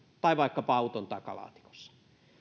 tai vaikkapa auton takalaatikossa